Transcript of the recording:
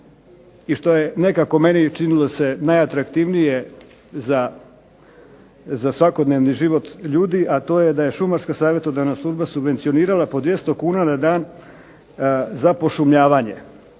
i što je nekako meni činilo se najatraktivnije za svakodnevni život ljudi, a to je da je šumarska savjetodavna služba subvencionirala po 200 kuna na dan za pošumljavanje,